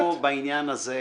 אנחנו בעניין הזה עסקנו,